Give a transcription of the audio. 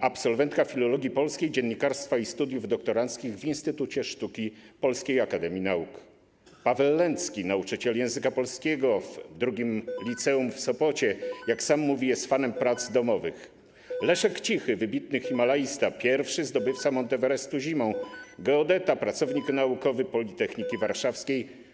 absolwentka filologii polskiej, dziennikarstwa i studiów doktoranckich w Instytucie Sztuki Polskiej Akademii Nauk, Paweł Lęcki - nauczyciel języka polskiego w II Liceum w Sopocie, który jest, jak sam mówi, jest fanem prac domowych, Leszek Cichy - wybitny himalaista, pierwszy zdobywca Mount Everestu zimą, geodeta, pracownik naukowy Politechniki Warszawskiej.